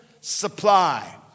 supply